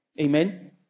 Amen